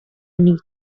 need